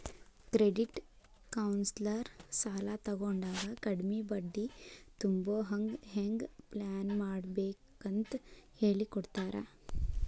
credit counsellor ಸಾಲಾ ತಗೊಂಡಾಗ ಕಡ್ಮಿ ಬಡ್ಡಿ ತುಂಬೊಹಂಗ್ ಹೆಂಗ್ ಪ್ಲಾನ್ಮಾಡ್ಬೇಕಂತ್ ಹೆಳಿಕೊಡ್ತಾರ